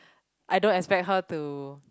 I don't expect her to